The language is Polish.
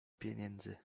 pieniędzy